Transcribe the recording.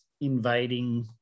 invading